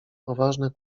poważne